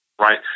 right